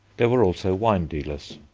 there were also wine-dealers.